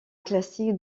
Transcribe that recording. classique